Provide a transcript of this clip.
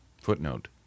Footnote